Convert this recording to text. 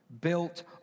built